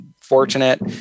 fortunate